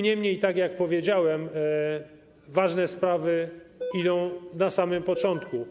Niemniej, tak jak powiedziałem, ważne sprawy idą na samym początku.